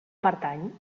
pertany